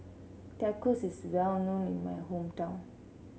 Tacos is well known in my hometown